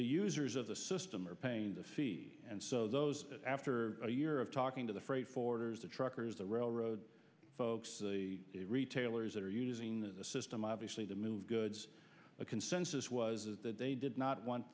users of the system are paying the fee and so those after a year of talking to the freight forwarder the truckers the railroad folks the retailers that are using the system obviously to move goods the consensus was that they did not want